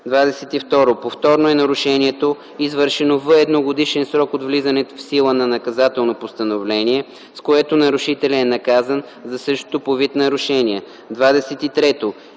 22. „Повторно“ е нарушението, извършено в едногодишен срок от влизането в сила на наказателно постановление, с което нарушителят е наказан за същото по вид нарушение. 23.